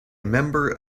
member